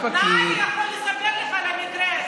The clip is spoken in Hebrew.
אלכס יכול לספר לך על המקרה הזה.